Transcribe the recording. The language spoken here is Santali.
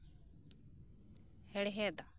ᱦᱮᱲᱦᱮᱫᱟ